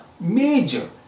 major